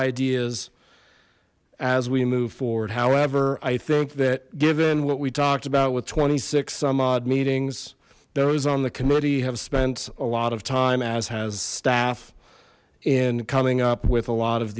ideas as we move forward however i think that given what we talked about with twenty six some odd meetings there was on the committee have spent a lot of time as has staff in coming up with a lot of